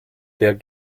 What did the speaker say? der